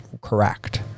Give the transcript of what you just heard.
correct